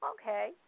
okay